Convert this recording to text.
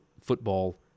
football